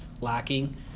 lacking